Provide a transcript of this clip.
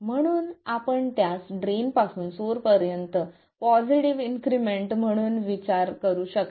म्हणून आपण त्यास ड्रेन पासून सोर्स पर्यंत पॉझिटिव्ह इन्क्रिमेंट म्हणून विचार करू शकता